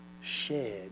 shared